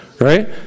right